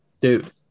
dude